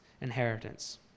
inheritance